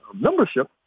membership